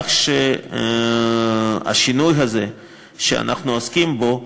כך שהשינוי הזה שאנחנו עוסקים בו,